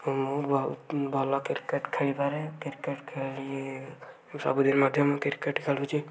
ମୁଁ ବହୁତ ଭଲ କ୍ରିକେଟ ଖେଳିପାରେ କ୍ରିକେଟ ଖେଳି ମୁଁ ସବୁଦିନ ମଧ୍ୟ ମୁଁ କ୍ରିକେଟ ଖେଳୁଛି